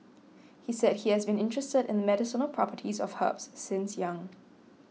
he said he has been interested in the medicinal properties of herbs since young